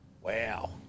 Wow